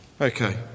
Okay